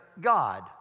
God